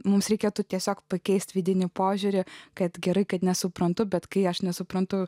mums reikėtų tiesiog pakeisti vidinį požiūrį kad gerai kad nesuprantu bet kai aš nesuprantu